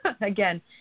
again